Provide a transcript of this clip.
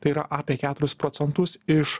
tai yra apie keturis procentus iš